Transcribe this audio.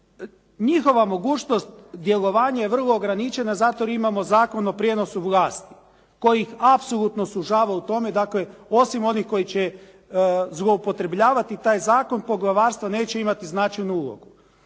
njihova mogućnost djelovanja je vrlo ograničena zato jer imamo Zakon o prijenosu vlasti koji ih apsolutno sužava u tome, dakle osim onih koji će zloupotrebljavati taj zakon poglavarstva neće imati značajnu ulogu.